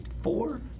Four